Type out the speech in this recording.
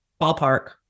ballpark